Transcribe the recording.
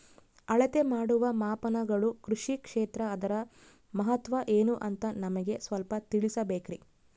ಅಳತೆ ಮಾಡುವ ಮಾಪನಗಳು ಕೃಷಿ ಕ್ಷೇತ್ರ ಅದರ ಮಹತ್ವ ಏನು ಅಂತ ನಮಗೆ ಸ್ವಲ್ಪ ತಿಳಿಸಬೇಕ್ರಿ?